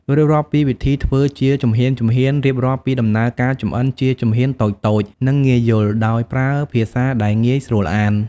រៀបរាប់ពីវិធីធ្វើជាជំហានៗរៀបរាប់ពីដំណើរការចម្អិនជាជំហានតូចៗ និងងាយយល់ ដោយប្រើភាសាដែលងាយស្រួលអាន។